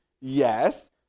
yes